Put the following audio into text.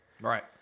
Right